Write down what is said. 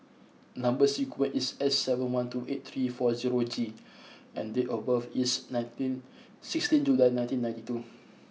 number sequence is S seven one two eight three four zero G and date of birth is nineteen sixteenth July nineteen ninety two